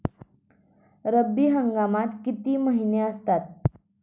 रब्बी हंगामात किती महिने असतात?